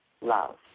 love